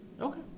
Okay